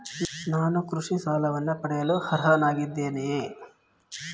ನಾನು ಕೃಷಿ ಸಾಲವನ್ನು ಪಡೆಯಲು ಅರ್ಹನಾಗಿದ್ದೇನೆಯೇ?